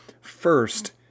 first